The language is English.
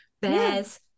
bears